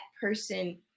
person